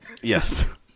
Yes